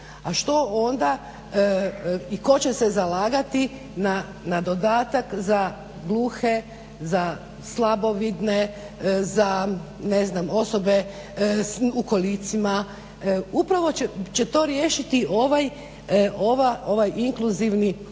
A što onda i tko će se zalagati na dodatak za gluhe, za slabovidne, za ne znam osobe u kolicima? Upravo će to riješiti ovaj inkluzivni